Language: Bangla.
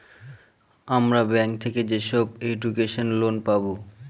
আমরা ব্যাঙ্ক থেকে যেসব এডুকেশন লোন পাবো